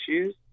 issues